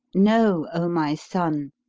know, o my son,